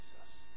Jesus